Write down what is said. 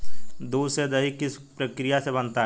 दूध से दही किस प्रक्रिया से बनता है?